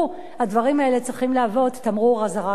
הדברים האלה צריכים להוות תמרור אזהרה גדול.